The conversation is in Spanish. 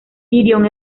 tyrion